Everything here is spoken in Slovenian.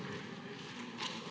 Hvala